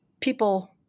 people